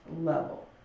level